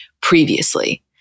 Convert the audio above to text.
previously